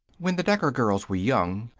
when the decker girls were young,